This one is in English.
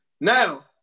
Now